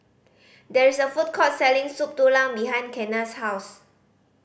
there is a food court selling Soup Tulang behind Kenna's house